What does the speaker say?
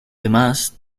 demás